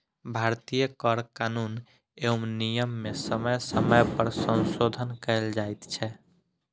भारतीय कर कानून एवं नियम मे समय समय पर संशोधन कयल जाइत छै